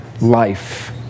life